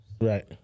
Right